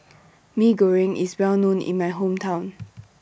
Mee Goreng IS Well known in My Hometown